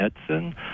Edson